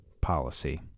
policy